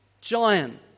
giant